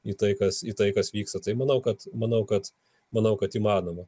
į tai kas į tai kas vyksta tai manau kad manau kad manau kad įmanoma